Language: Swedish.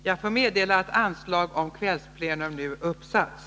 Jag får meddela att anslag om kvällsplenum nu har uppsatts.